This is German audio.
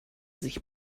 sich